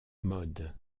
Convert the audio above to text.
mode